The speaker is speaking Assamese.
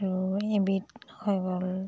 আৰু এবিধ হৈ গ'ল